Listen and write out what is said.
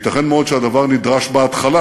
ייתכן מאוד שהדבר נדרש בהתחלה,